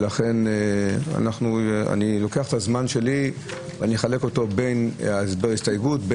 ולכן אני לוקח את הזמן שלי ומחלק אותו בין הסבר הסתייגות,